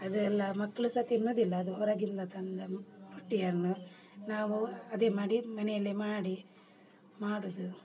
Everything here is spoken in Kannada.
ಅದು ಎಲ್ಲ ಮಕ್ಕಳು ಸಹ ತಿನ್ನುವುದಿಲ್ಲ ಅದು ಹೊರಗಿಂದ ತಂದ ರೊಟ್ಟಿಯನ್ನು ನಾವು ಅದೇ ಮಾಡಿ ಮನೆಯಲ್ಲೇ ಮಾಡಿ ಮಾಡುವುದು